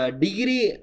degree